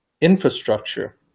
infrastructure